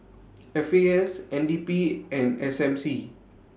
F A S N D P and S M C